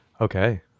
Okay